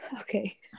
Okay